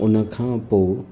उनखां पोइ